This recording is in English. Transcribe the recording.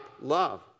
love